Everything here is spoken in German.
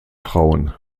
frauen